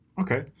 Okay